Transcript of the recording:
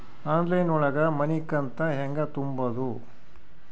Online ಒಳಗ ಮನಿಕಂತ ಹ್ಯಾಂಗ ತುಂಬುದು?